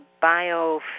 bio